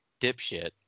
dipshit